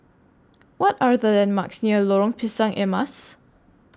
What Are The landmarks near Lorong Pisang Emas